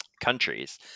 countries